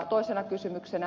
toisena kysymyksenä